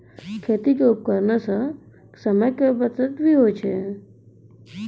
खेती क उपकरण सें समय केरो बचत भी होय छै